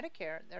Medicare